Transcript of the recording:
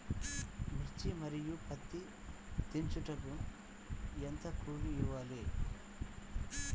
మిర్చి మరియు పత్తి దించుటకు ఎంత కూలి ఇవ్వాలి?